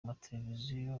mateleviziyo